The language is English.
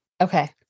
Okay